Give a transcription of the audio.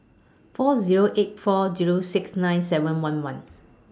four Zero eight four Zero six nine seven one one